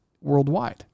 worldwide